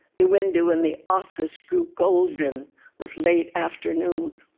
the window in the office grew golden with late afternoon